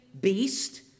beast